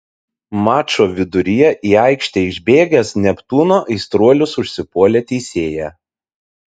mačo viduryje į aikštę išbėgęs neptūno aistruolius užsipuolė teisėją